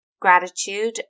gratitude